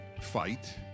fight